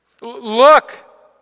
Look